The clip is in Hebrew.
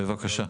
בבקשה.